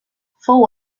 fou